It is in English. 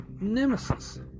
nemesis